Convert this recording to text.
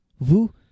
vous